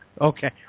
Okay